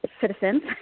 citizens